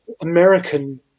American